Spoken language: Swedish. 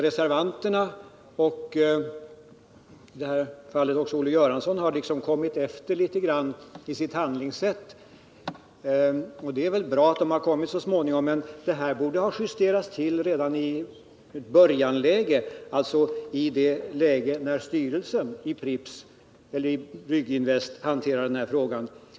Reservanterna, och även Olle Göransson, har kommit på efterkälken i sitt handlingssätt. Det är bra att de har kommit så småningom, men justeringen borde ha gjorts i ett tidigare läge, när styrelsen i Brygginvest behandlade denna fråga.